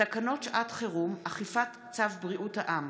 תקנות שעת חירום (אכיפת צו בריאות העם)